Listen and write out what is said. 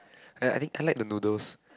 I I think I like the noodles